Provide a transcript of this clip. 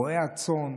רועי הצאן,